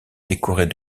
décorées